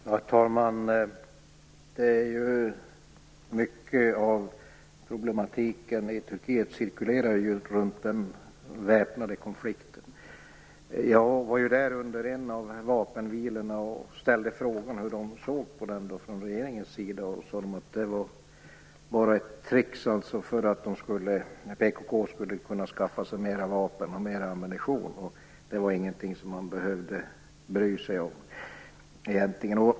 Herr talman! Mycket av problematiken i Turkiet cirkulerar ju runt den väpnade konflikten. Jag var där under en av vapenvilorna och frågade då hur man från regeringens sida såg på dessa vapenvilor. Man sade att det bara var ett trick för att PKK skulle skaffa sig mer vapen och ammunition. Det var inget man behövde bry sig om.